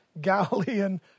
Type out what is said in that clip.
Galilean